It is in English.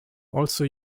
also